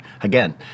Again